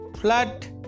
flat